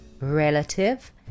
relative